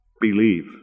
believe